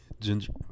ginger